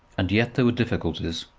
and yet there were difficulties.